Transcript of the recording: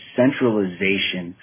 centralization